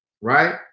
right